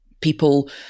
people